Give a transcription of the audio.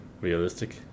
realistic